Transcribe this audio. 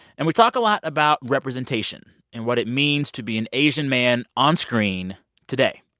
and we talk a lot about representation and what it means to be an asian man on screen today.